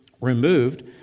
removed